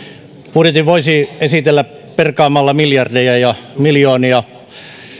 budjetin voisi esitellä perkaamalla miljardeja ja miljoonia